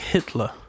Hitler